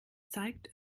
zeigt